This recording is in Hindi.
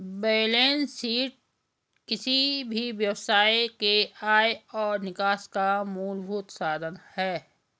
बेलेंस शीट किसी भी व्यवसाय के आय और निकास का मूलभूत साधन है